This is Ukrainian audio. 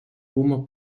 кума